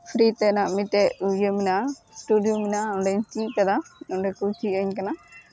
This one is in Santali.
ᱯᱷᱨᱤ ᱛᱮᱱᱟᱜ ᱢᱤᱫᱴᱮᱡ ᱤᱭᱟᱹ ᱢᱮᱱᱟᱜᱼᱟ ᱥᱴᱳᱨᱤ ᱢᱮᱱᱟᱜᱼᱟ ᱚᱸᱰᱮᱧ ᱪᱮᱫ ᱠᱟᱫᱟ ᱚᱸᱰᱮ ᱠᱚ ᱪᱮᱫ ᱟᱹᱧ ᱠᱟᱱᱟ